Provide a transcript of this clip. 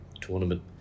tournament